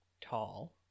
tall